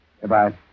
Goodbye